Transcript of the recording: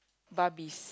Barbish